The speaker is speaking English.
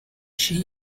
she